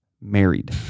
married